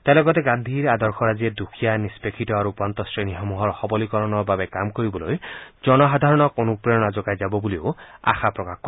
তেওঁ লগতে গান্ধীৰ আদৰ্শৰাজিয়ে দুখীয়া নিষ্পেষিত আৰু উপান্ত শ্ৰেণীসমূহৰ সৱলীকৰণৰ বাবে কাম কৰিবলৈ জনসাধাৰণক অনুপ্ৰেৰণা যোগাই যাব বুলিও আশা প্ৰকাশ কৰে